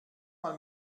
mal